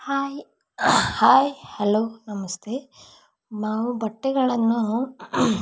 hi hi hello ನಮಸ್ತೆ ನಾವು ಬಟ್ಟೆಗಳನ್ನು